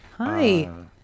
Hi